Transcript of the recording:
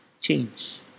change